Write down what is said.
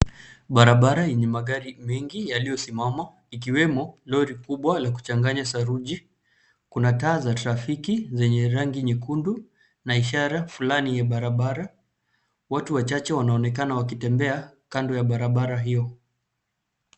Barabara yenye magari mengi yaliyosimama ikiwemo lori kubwa la kuchanganya saruji. Kuna taa za trafiki zenye rangi nyekundu na ishara fulani ya barabara. Watu wachache wanaonekana wakitembea kando ya barabara hiyo.